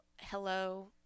hello